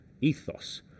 ethos